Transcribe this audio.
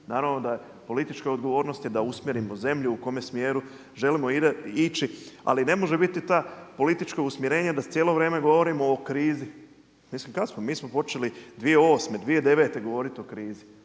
Naravno da politička odgovornost je da usmjerimo zemlju u kome smjeru želimo ići, ali ne može biti ta politička usmjerenja da cijelo vrijeme govorimo o krizi. Mislim kad smo, mi smo počeli 2008., 2009. govoriti o krizi,